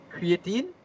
creatine